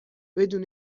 بدون